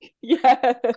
Yes